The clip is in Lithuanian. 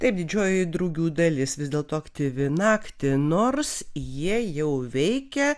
taip didžioji drugių dalis vis dėlto aktyvi naktį nors jie jau veikia